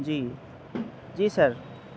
جی جی سر